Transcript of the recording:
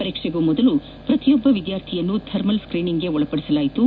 ಪರೀಕ್ಷೆಗೂ ಮುನ್ನ ಪ್ರತಿಯೊಬ್ಬ ವಿದ್ಯಾರ್ಥಿಯನ್ನು ಥರ್ಮಲ್ ಸ್ತೀನಿಂಗ್ಗೆ ಒಳಪಡಿಸಲಾಯಿತು